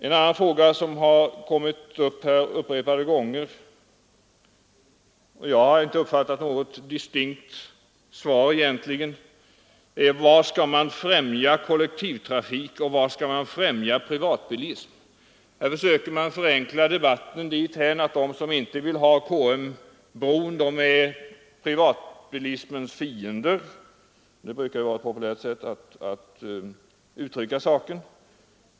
En annan fråga som kommit upp åtskilliga gånger — och jag har inte kunnat uppfatta något distinkt svar på den — är: Var skall man främja kollektivtrafik och var skall man främja privatbilism? Här försöker man förenkla debatten dithän att man påstår att de som inte vill ha KM-bron är privatbilismens fiender. Det brukar vara ett populärt sätt att uttrycka saken.